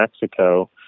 Mexico